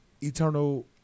eternal